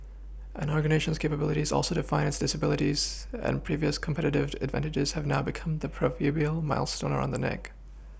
an organisation's capabilities also define its disabilities and previous competitive advantages have now become the proverbial millstone around the neck